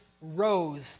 rose